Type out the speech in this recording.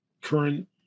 current